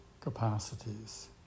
capacities